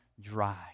dry